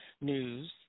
news